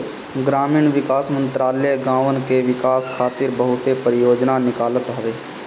ग्रामीण विकास मंत्रालय गांवन के विकास खातिर बहुते परियोजना निकालत हवे